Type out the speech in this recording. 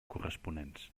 corresponents